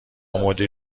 مدیر